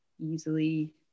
easily